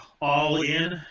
All-In